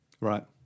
right